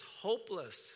hopeless